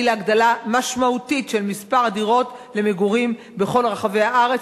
להגדלה משמעותית של מספר הדירות למגורים בכל רחבי הארץ,